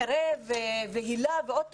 קרב, היל"ה ועוד תוכניות,